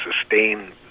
sustain